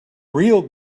real